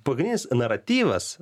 paginis naratyvas